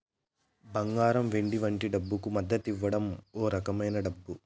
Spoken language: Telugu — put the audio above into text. బంగారం వెండి వంటి డబ్బుకు మద్దతివ్వం ఓ రకమైన డబ్బు